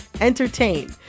entertain